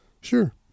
Sure